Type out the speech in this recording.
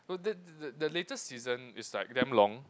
the the the latest season is like damn long